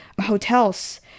hotels